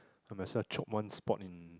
I might as well chop one spot in